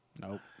Nope